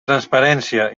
transparència